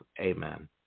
Amen